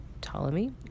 Ptolemy